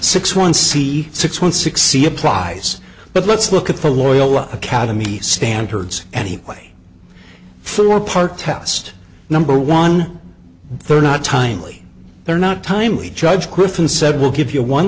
six one c six one six c applies but let's look at the loyola academy standards any way for part test number one they're not timely they're not timely judge griffin said we'll give you one